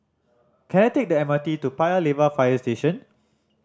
can I take the M R T to Paya Lebar Fire Station